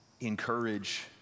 encourage